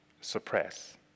Suppress